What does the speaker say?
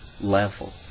level